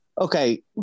Okay